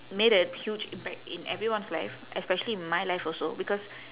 made a huge impact in everyone's life especially my life also because